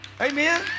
amen